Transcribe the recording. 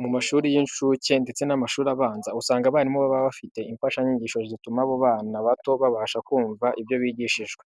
Mu mashuri y'incuke, ndetse n'amashuri abanza, usanga abarimu baba bafite imfashanyigisho zituma abo bana bato babasha kumva ibyo bigishijwe.